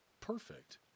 perfect